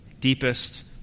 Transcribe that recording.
deepest